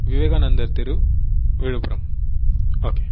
விவேகானந்தர் தெரு விழுப்புரம் ஓகே